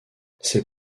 c’est